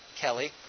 Kelly